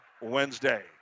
Wednesday